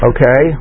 Okay